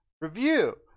review